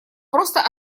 просто